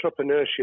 entrepreneurship